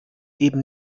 eben